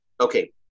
Okay